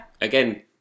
again